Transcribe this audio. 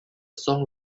song